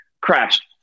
crashed